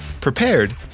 prepared